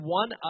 one